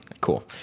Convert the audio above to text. Cool